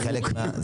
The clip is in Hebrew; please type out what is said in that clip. זה חלק מהרפורמה.